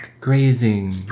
grazing